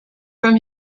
from